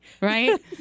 right